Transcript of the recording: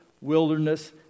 wilderness